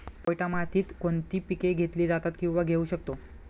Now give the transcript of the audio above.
पोयटा मातीत कोणती पिके घेतली जातात, किंवा घेऊ शकतो?